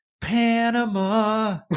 Panama